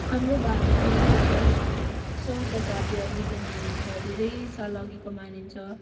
हाम्रो भारतको इतिहास सोह्र शताब्दी अघिको मानिन्छ धेरै साल अघिको मानिन्छ